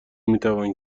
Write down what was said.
میتوان